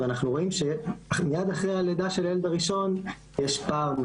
ואנחנו רואים שמייד אחרי הלידה של הילד הראשון יש פער,